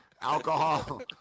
alcohol